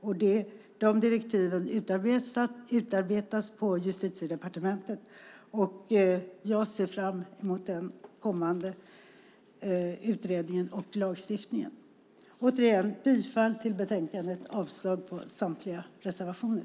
Dessa direktiv utarbetas på Justitiedepartementet, och jag ser fram emot den kommande utredningen och lagstiftningen. Jag yrkar återigen bifall till förslaget i betänkandet och avslag på samtliga reservationer.